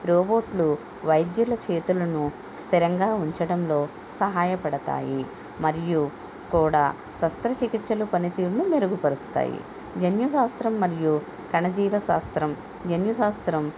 రోబోట్లు వైద్యుల చేతులను స్థిరంగా ఉంచడంలో సహాయపడుతాయి మరియు కూడా శస్త్ర చికిత్సలు పని తీరును మెరుగుపరుస్తాయి జన్యు శాస్త్రం మరియు కణ జీవశాస్త్రం జన్యు శాస్త్రం